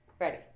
Ready